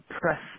press